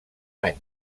any